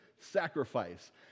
sacrifice